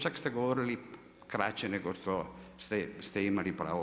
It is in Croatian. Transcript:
Čak ste govorili kraće nego što ste imali pravo.